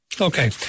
Okay